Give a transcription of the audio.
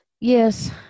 Yes